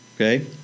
Okay